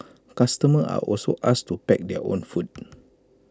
customers are also asked to pack their own food